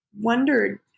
wondered